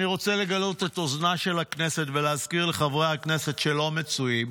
אני רוצה לגלות את אוזנה של הכנסת ולהזכיר לחברי הכנסת שלא מצויים: